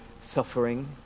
suffering